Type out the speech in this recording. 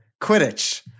Quidditch